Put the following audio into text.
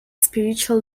spiritual